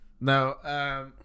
No